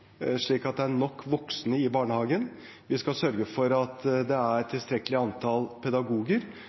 slik at det er nok voksne i barnehagen. Vi skal sørge for at det er et tilstrekkelig antall pedagoger,